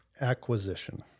acquisition